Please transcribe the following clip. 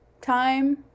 time